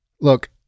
Look